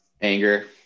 anger